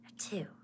two